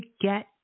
get